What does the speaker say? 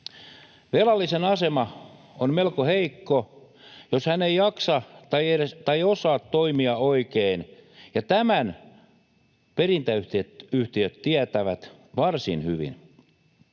Velallisen asema on melko heikko, jos hän ei jaksa tai osaa toimia oikein, ja tämän perintäyhtiöt tietävät varsin hyvin.